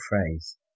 phrase